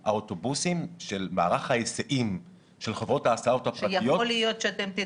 כי אנחנו חייבים לאשר את זה, אחרת נצא מכאן